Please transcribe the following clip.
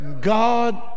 God